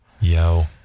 Yo